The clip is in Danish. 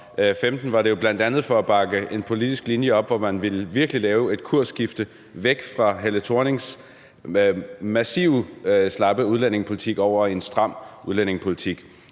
2015, var det jo bl.a. for at bakke en politisk linje op, hvor man virkelig ville lave et kursskifte væk fra Helle Thorning-Schmidts massivt slappe udlændingepolitik og over til en stram udlændingepolitik.